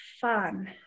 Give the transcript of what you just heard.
fun